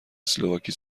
اسلواکی